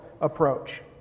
approach